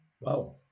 Wow